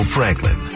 Franklin